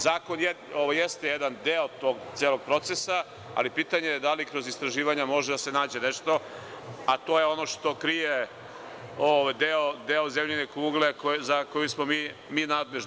Zakon jeste jedan deo tog celog procesa, ali pitanje da li kroz istraživanja može da se nađe nešto, a to je ono što krije deo zemljine kugle za koji smo mi nadležni.